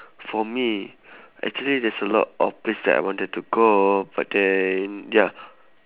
for me actually there's a lot of place that I wanted to go but then ya